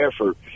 effort